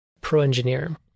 pro-engineer